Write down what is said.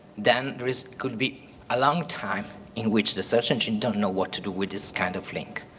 then this could be a long time in which the search engines don't know what to do with this kind of link.